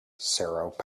sarah